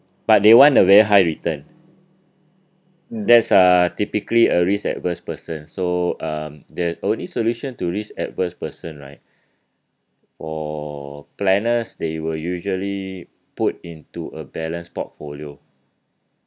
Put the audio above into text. but they want a very high return that's uh typically a risk adverse person so um the only solution to risk adverse person right for planners they will usually put into a balanced portfolio